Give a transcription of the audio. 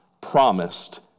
promised